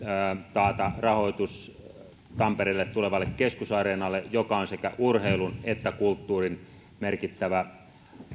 taata rahoitus tampereelle tulevalle keskusareenalle joka on sekä urheilun että kulttuurin merkittävä